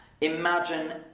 imagine